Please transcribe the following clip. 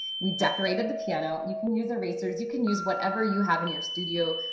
we decorated the piano, you can use erasers, you can use whatever you have in your studio,